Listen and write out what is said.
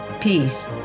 peace